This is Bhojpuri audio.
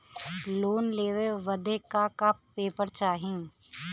लोन लेवे बदे का का पेपर चाही?